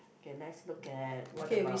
okay let's look at what about